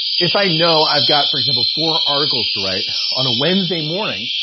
if i know i've got, for example, four articles to write on a wednesday morning,